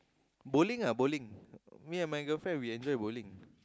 bowling ah bowling me and my girlfriend we enjoy bowling